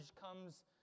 comes